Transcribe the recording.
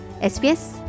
SBS